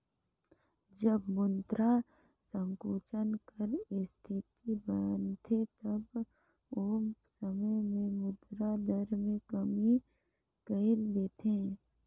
जब मुद्रा संकुचन कर इस्थिति बनथे तब ओ समे में मुद्रा दर में कमी कइर देथे